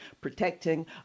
protecting